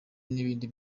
n’ibindi